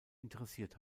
interessiert